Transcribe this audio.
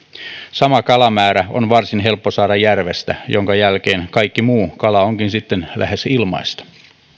sama kalamäärä on varsin helppo saada järvestä minkä jälkeen kaikki muu kala onkin sitten lähes ilmaista